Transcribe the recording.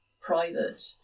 private